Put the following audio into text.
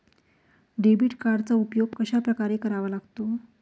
Debit कार्डचा उपयोग कशाप्रकारे करावा लागतो?